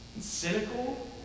cynical